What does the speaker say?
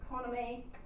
economy